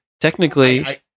technically